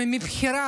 מבחירה,